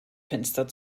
fenster